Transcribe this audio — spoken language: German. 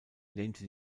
lehnte